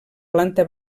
planta